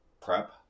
prep